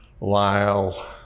Lyle